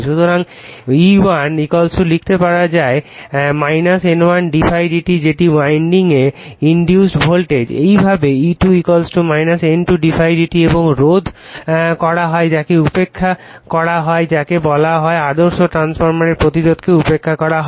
সুতরাং E1 লিখতে পারে N1 d∅ d t যেটি উইন্ডিং এ ইনডিউসড ভোল্টেজ একইভাবে E2 N2 d∅ dt এবং রোধ করা হয় যাকে উপেক্ষা করা হয় যাকে বলা হয় আদর্শ ট্রান্সফরমার প্রতিরোধকে উপেক্ষা করা হয়